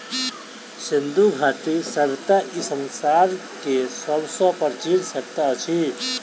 सिंधु घाटी सभय्ता ई संसार के सब सॅ प्राचीन सभय्ता अछि